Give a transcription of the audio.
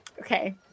Okay